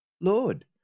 Lord